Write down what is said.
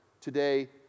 today